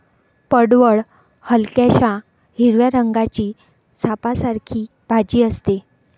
पडवळ हलक्याशा हिरव्या रंगाची सापासारखी भाजी असते